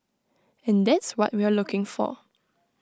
and that's what we're looking for